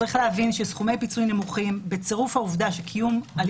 צריך להבין שסכומי פיצוי נמוכים,